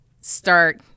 start